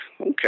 okay